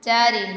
ଚାରି